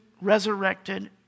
resurrected